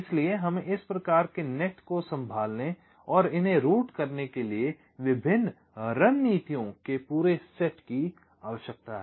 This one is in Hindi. इसलिए हमें इस प्रकार के नेट को संभालने और इन्हे रूट करने के लिए विभिन्न रणनीतियों के पूरे सेट की आवश्यकता है